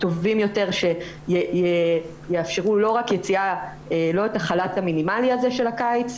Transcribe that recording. טובים יותר שיאפשרו לא את החל"ת המינימלי הזה של הקיץ,